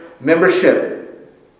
membership